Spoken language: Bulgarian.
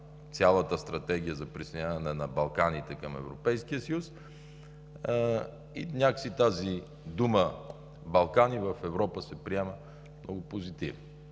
цялата стратегия е за присъединяване на Балканите към Европейския съюз и някак си думата Балкани в Европа се приема много позитивно.